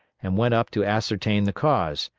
and went up to ascertain the cause.